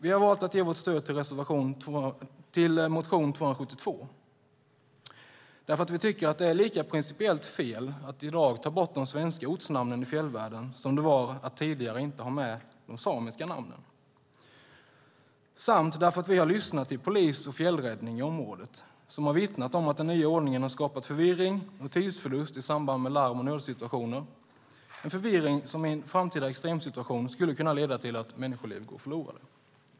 Vi har valt att ge vårt stöd till motion 272 därför att vi tycker att det är lika principiellt fel att i dag ta bort de svenska ortsnamnen i fjällvärlden som det var att tidigare inte ha med de samiska namnen samt därför att vi har lyssnat till polis och fjällräddning i området som har vittnat om att den nya ordningen skapat förvirring och tidsförlust i samband med larm och nödsituationer. Det är en förvirring som i en framtida extremsituation skulle kunna leda till att människoliv går förlorade.